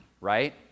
Right